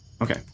Okay